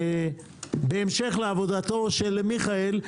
בהמשך לעבודתו של מיכאל,